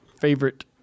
favorite